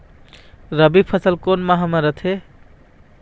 रबी फसल कोन माह म रथे?